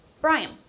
Brian